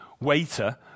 waiter